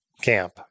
camp